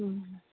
ꯎꯝ